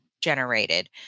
generated